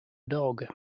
dog